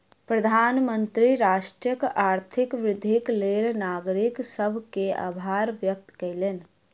प्रधानमंत्री राष्ट्रक आर्थिक वृद्धिक लेल नागरिक सभ के आभार व्यक्त कयलैन